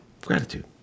Gratitude